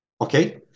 Okay